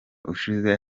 ushize